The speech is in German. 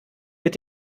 mit